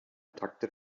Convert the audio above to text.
takte